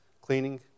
cleaning